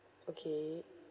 okay